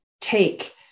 take